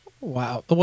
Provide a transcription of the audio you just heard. Wow